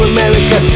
America